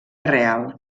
real